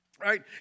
Right